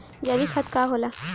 जैवीक खाद का होला?